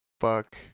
fuck